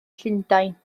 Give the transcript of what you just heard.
llundain